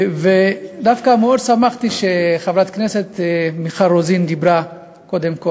ודווקא מאוד שמחתי שחברת הכנסת מיכל רוזין דיברה קודם,